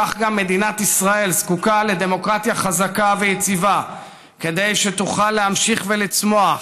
כך גם מדינת ישראל זקוקה לדמוקרטיה חזקה ויציבה כדי שתוכל להמשיך לצמוח,